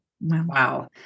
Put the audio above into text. Wow